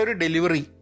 delivery